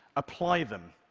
apply them.